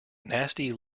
nasty